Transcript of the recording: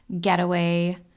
getaway